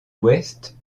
ouest